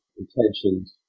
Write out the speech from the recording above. intentions